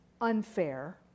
unfair